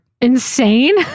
insane